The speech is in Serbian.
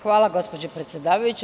Hvala, gospođo predsedavajuća.